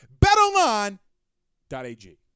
betonline.ag